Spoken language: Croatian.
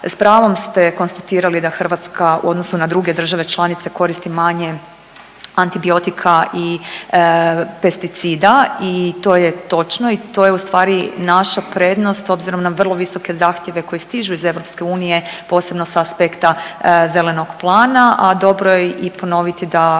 S pravom s te konstatirali da Hrvatska u odnosu na druge države članice koristi manje antibiotika i pesticida i to je točno i to je ustvari naša prednost obzirom na vrlo visoke zahtjeve koji stižu iz EU, posebno s aspekta Zelenog plana, a dobro je i ponoviti da